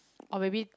or maybe